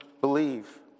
believe